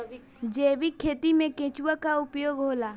जैविक खेती मे केचुआ का उपयोग होला?